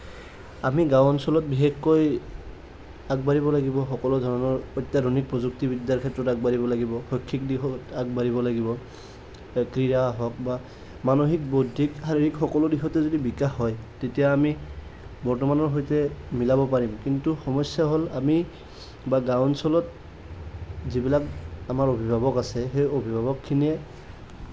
আমি গাওঁ অঞ্চলত বিশেষকৈ আগবাঢ়িব লাগিব সকলোধৰণৰ অত্যাধুনিক প্ৰযুক্তিবিদ্যাৰ ক্ষেত্ৰত আগবাঢ়িব লাগিব শৈক্ষিক দিশত আগবাঢ়িব লাগিব ক্ৰিয়া হওক বা মানসিক বৌদ্ধিক শাৰীৰিক সকলো ক্ষেত্ৰতে যদি বিকাশ হয় তেতিয়া আমি বৰ্তমানৰ সৈতে মিলাব পাৰিম কিন্তু সমস্যা হ'ল আমি বা গাওঁ অঞ্চলত যিবিলাক অভিভাৱক আছে সেই অভিভাৱকখিনিয়ে